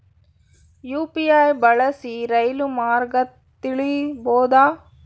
UPI ಬಳಸಿ ರೈಲು ಮಾರ್ಗ ತಿಳೇಬೋದ?